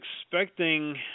expecting